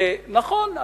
נכון,